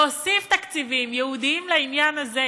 להוסיף תקציבים ייעודיים לעניין הזה.